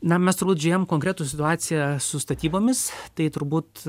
na mes turbūt žiūrėjom konkretų situaciją su statybomis tai turbūt